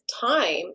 time